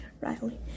Riley